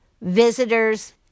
visitors